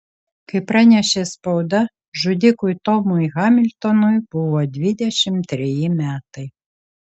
kaip pranešė spauda žudikui tomui hamiltonui buvo dvidešimt treji metai